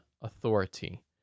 authority